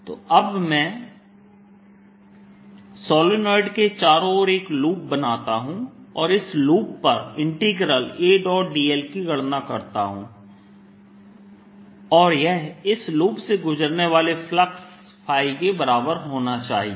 तो अब मैं सोलेनोइड के चारों ओर एक लूप बनाता हूं और इस लूप पर Adl की गणना करता हूं और यह इस लूप से गुजरने वाले फ्लक्स के बराबर होना चाहिए